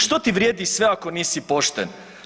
Što ti vrijedi sve ako nisi pošten?